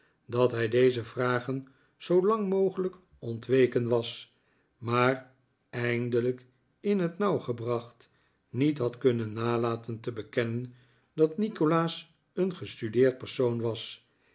dat hij deze vragen zoolang mogelijk ontweken was maar eindelijk in het nauw gebracht niet had kunnen nalaten te bekennen dat nikolaas een gestudeerd persoon was